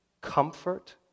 comfort